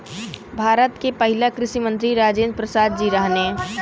भारत के पहिला कृषि मंत्री राजेंद्र प्रसाद जी रहने